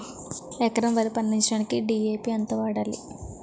ఎకరం వరి పండించటానికి డి.ఎ.పి ఎంత వాడాలి?